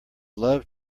love